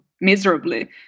miserably